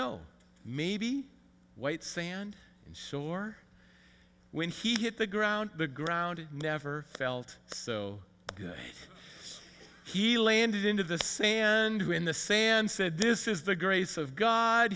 know maybe white sand shore when he hit the ground the ground never felt so good he landed into the sand when the sand said this is the grace of god